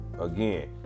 Again